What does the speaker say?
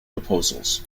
proposals